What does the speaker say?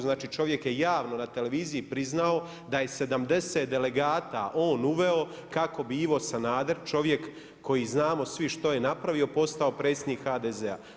Znači, čovjek je javno na televiziji priznao, da je 70 delegata on uveo, kako bi Ivo Sanader, čovjek koji znamo svi što je napravio, postao predsjednik HDZ-a.